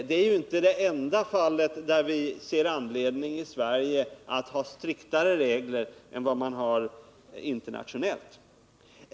Det är i så fall inte första gången vi ser anledning att i Sverige ha striktare regler än man har internationellt.